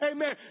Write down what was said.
Amen